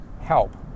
help